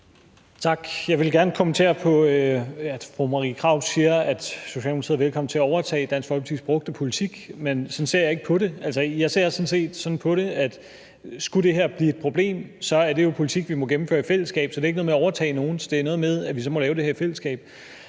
Stoklund (S): Tak. Jeg vil gerne kommentere på, at fru Marie Krarup siger, at Socialdemokratiet er velkommen til at overtage Dansk Folkepartis brugte politik – men sådan ser jeg ikke på det. Altså, jeg ser sådan på det, at skulle det her blive et problem, er det jo politik, vi må gennemføre i fællesskab. Så det er ikke noget med at overtage nogens politik; det er noget med, at vi så må lave det her i fællesskab.